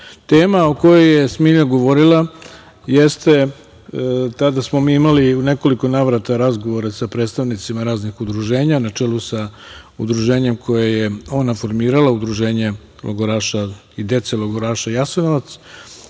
o kojoj je Smilja govorila jeste, tada smo mi imali u nekoliko navrata razgovore sa predstavnicima raznih udruženja na čelu sa udruženjem koje je ona formirala Udruženje logoraša i deca logoraša Jasenovac